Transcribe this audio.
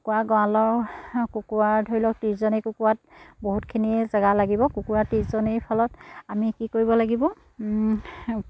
কুকুৰা গঁৰালৰ কুকুৰা ধৰি লওক ত্ৰিছজনী কুকুৰাত বহুতখিনিয়ে জেগা লাগিব কুকুৰা ত্ৰিছজনীৰ ফলত আমি কি কৰিব লাগিব